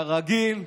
כרגיל,